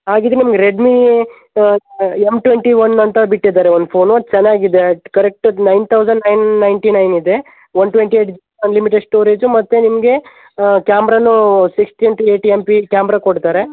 ಹಾಗಿದ್ರೆ ನಿಮ್ಗೆ Redmi M twenty one ಅಂತ ಬಿಟ್ಟಿದ್ದಾರೆ ಒಂದು ಫೋನು ಅದು ಚೆನ್ನಾಗಿದೆ ಅದು correct nine thousand nine ninety nine ಇದೆ one twenty eight unlimited storage ಮತ್ತು ನಿಮಗೆ ಕ್ಯಾಮ್ರವೂ sixteen two eight M P camera ಕೊಡ್ತಾರೆ